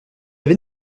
avez